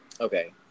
Okay